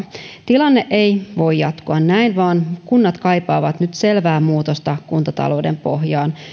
tilanne ei voi jatkua näin vaan kunnat kaipaavat nyt selvää muutosta kuntatalouden pohjaan